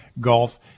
Golf